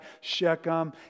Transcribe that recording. Shechem